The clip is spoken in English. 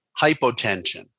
Hypotension